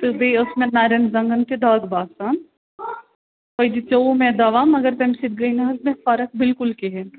تہٕ بیٚیہِ ٲس مےٚ نَرٮ۪ن زَنٛگَن تہِ دَگ باسان تۄہہِ دِژٮ۪و مےٚ دوا مگر تَمہِ سۭتۍ گٔے نہَ حظ مےٚ فرق بِلکُل کِہیٖنٛۍ